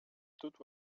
тут